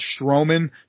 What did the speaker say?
Strowman